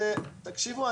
תקשיבו,